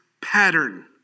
pattern